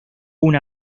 una